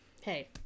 Hey